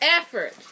effort